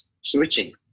switching